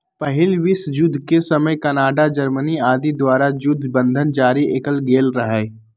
पहिल विश्वजुद्ध के समय कनाडा, जर्मनी आदि द्वारा जुद्ध बन्धन जारि कएल गेल रहै